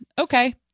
okay